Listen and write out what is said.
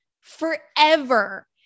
forever